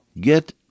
Get